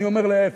אני אומר להיפך,